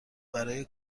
برای